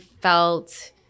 felt